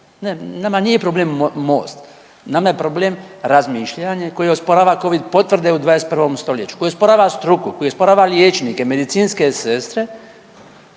nama nije problem Most. Nama je problem razmišljanje koje osporava Covid potvrde u 21. stoljeću, koje osporava struku, koji osporava liječnike, medicinske sestre,